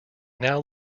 now